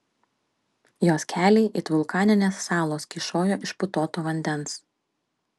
jos keliai it vulkaninės salos kyšojo iš putoto vandens